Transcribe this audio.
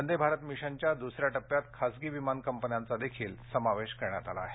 वंदे भारत मिशनच्या दुसऱ्या टप्प्यात खासगी विमान कंपन्यांचा देखील समाविष्ट करण्यात आला आहे